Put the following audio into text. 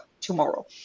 tomorrow